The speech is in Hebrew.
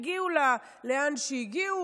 הגיעו לאן שהגיעו,